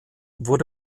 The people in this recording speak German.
wurde